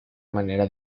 manera